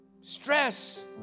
Stress